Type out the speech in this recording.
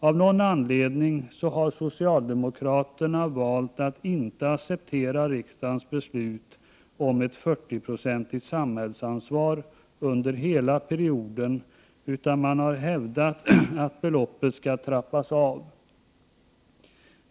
Av någon anledning har socialdemokraterna valt att inte acceptera riksdagens beslut om ett 40-procentigt samhällsansvar under hela perioden, utan man har hävdat att beloppet skall trappas av.